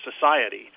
society